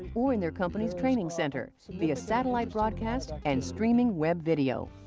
or in their company's training center via satellite broadcast and streaming web video.